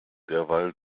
derweil